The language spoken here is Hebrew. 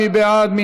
מי בעד?